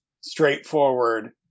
straightforward